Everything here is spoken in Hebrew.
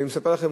אני מספר לכם,